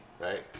Right